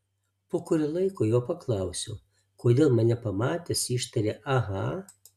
po kurio laiko jo paklausiau kodėl mane pamatęs ištarė aha